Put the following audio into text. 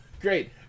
great